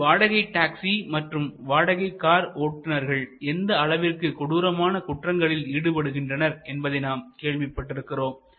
இன்று வாடகை டாக்ஸி மற்றும் வாடகை கார் ஓட்டுனர்கள் எந்த அளவிற்கு கொடூரமான குற்றங்களில் ஈடு படுகின்றனர் என்பதை நாம் கேள்விப்பட்டு வருகிறோம்